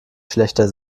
schlächter